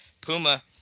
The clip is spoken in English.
Puma